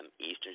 Eastern